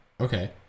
Okay